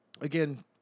again